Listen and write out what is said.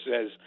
says